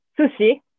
sushi